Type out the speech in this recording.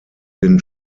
den